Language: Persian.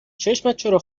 چرا